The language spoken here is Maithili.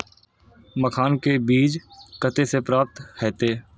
मखान के बीज कते से प्राप्त हैते?